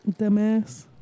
Dumbass